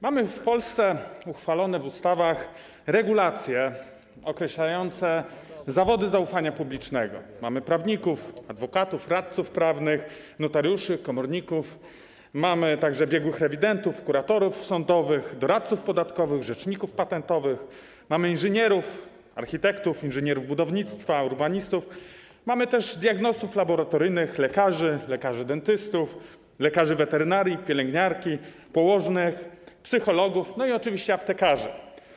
Mamy w Polsce uchwalone w ustawach regulacje określające zawody zaufania publicznego, mamy prawników, adwokatów, radców prawnych, notariuszy, komorników, mamy także biegłych rewidentów, kuratorów sądowych, doradców podatkowych, rzeczników patentowych, mamy inżynierów, architektów, inżynierów budownictwa, urbanistów, mamy też diagnostów laboratoryjnych, lekarzy, lekarzy dentystów, lekarzy weterynarii, pielęgniarki, położnych, psychologów no i oczywiście aptekarzy.